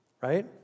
right